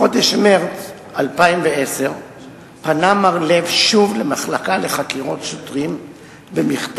בחודש מרס 2010 פנה מר לב שוב למחלקה לחקירות שוטרים במכתב,